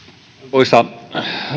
arvoisa